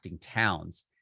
towns